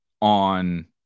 On